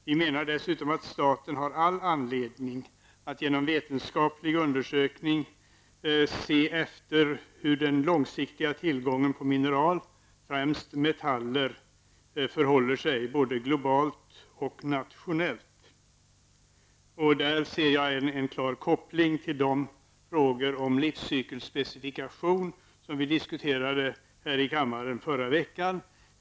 Vi menar dessutom att staten har all anledning att genom en vetenskaplig undersökning se efter hur den långsiktiga tillgången på mineral -- främst metaller -- förhåller sig både globalt och nationellt. Där kan jag se en klar koppling till de frågor om livscykelspecifikation som vi diskuterade här i kammaren förra veckan.